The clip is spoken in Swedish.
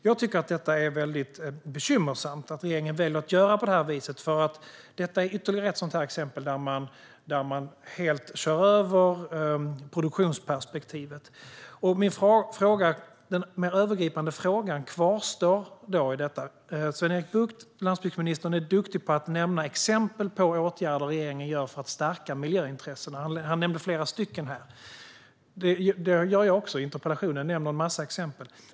Jag tycker att det är bekymmersamt att regeringen väljer att göra på det här viset, för detta är ytterligare ett exempel där man helt kör över produktionsperspektivet. Min övergripande fråga kvarstår. Landsbygdsminister Sven-Erik Bucht är duktig på att nämna exempel på åtgärder som regeringen vidtar för att stärka miljöintressena. Han nämnde flera stycken här. Det gör jag också i interpellationen; jag nämner en massa exempel.